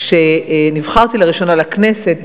כשנבחרתי לראשונה לכנסת,